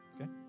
Okay